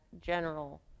general